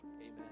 amen